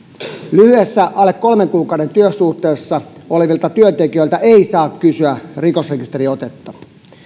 lyhyessä alle kolmen kuukauden työsuhteessa olevilta työntekijöiltä ei saa kysyä rikosrekisteriotetta